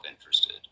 interested